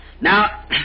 Now